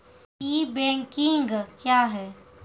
ई banking क्या हैं?